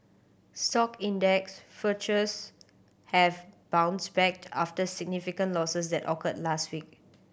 stock index futures have bounced back after significant losses that occurred last week